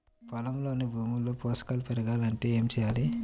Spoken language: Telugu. పొలంలోని భూమిలో పోషకాలు పెరగాలి అంటే ఏం చేయాలి?